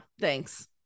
thanks